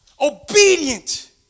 Obedient